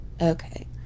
okay